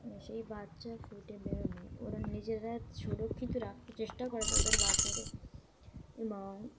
সেই বাচ্চা ফুটে বেরোলে ওরা নিজেরা সুরক্ষিত রাখতে চেষ্টা করে তাদের বাচ্চাকে এবং